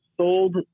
sold